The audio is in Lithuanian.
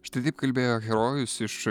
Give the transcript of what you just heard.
štai taip kalbėjo herojus iš